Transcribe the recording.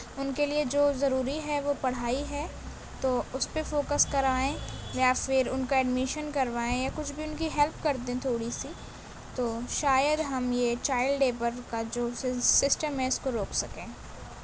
ان کے لیے جو ضروری ہے وہ پڑھائی ہے تو اس پہ فوکس کرائیں یا پھر ان کا ایڈمیشن کروائیں کچھ بھی ان کی ہیلپ کر دیں تھوڑی سی تو شاید ہم یہ چائلڈ لیبر کا جو سل سسٹم ہے اس کو روک سکیں